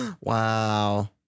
Wow